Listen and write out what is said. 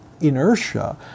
inertia